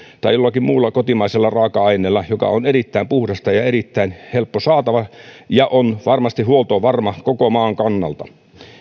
tai jollakin muulla kotimaisella raaka aineella joka on erittäin puhdasta ja erittäin helppo saatava ja on varmasti huoltovarma koko maan kannalta